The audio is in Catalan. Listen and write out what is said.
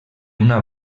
una